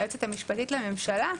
ליועצת המשפטית לממשלה,